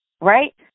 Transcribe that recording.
right